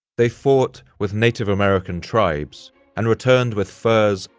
they fought with native american tribes and returned with furs,